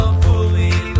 fully